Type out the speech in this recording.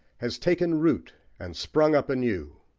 has taken root and sprung up anew.